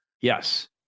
Yes